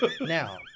Now